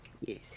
Yes